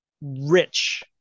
rich